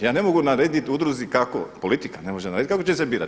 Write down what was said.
Ja ne mogu narediti udruzi kako, politika ne može narediti kako će se birati.